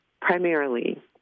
primarily